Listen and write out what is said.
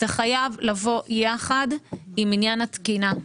זה חייב לבוא יחד עם עניין התקינה.